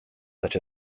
such